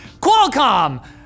Qualcomm